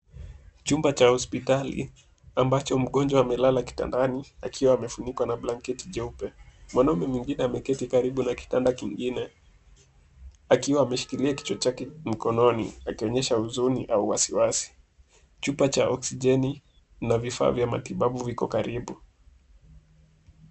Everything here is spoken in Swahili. Chumba cha hospitali ambacho mgonjwa amelala kitandani akiwa amefunikwa na blanketi jeupe. Mwanamume mwingine ameketi karibu na kitanda kingine akiwa ameshikilia kichwa chake mkononi akionyesha huzuni au wasiwasi . Chupa cha oksijeni na vifaa vya matibabu viko karibu.